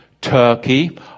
Turkey